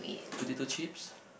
potato chips